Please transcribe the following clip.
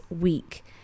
week